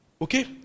Okay